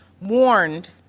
warned